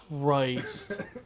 Christ